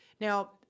now